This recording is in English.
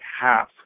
half